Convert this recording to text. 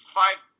five